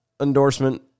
endorsement